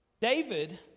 David